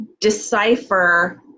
decipher